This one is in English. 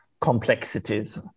complexities